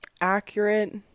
accurate